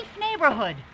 neighborhood